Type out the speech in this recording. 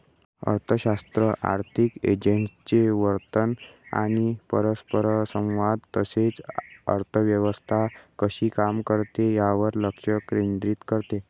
अर्थशास्त्र आर्थिक एजंट्सचे वर्तन आणि परस्परसंवाद तसेच अर्थव्यवस्था कशी काम करते यावर लक्ष केंद्रित करते